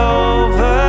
over